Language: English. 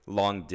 long